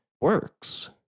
works